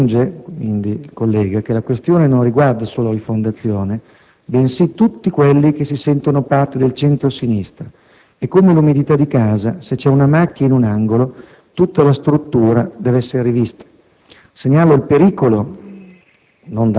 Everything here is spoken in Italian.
aggiunge che la questione non riguarda solo Rifondazione, bensì «tutti quelli che si sentono parte del centro-sinistra (...). È come l'umidità di casa: se c'è una macchia in un angolo tutta la struttura deve essere rivista».